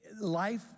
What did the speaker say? life